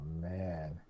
man